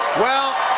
well,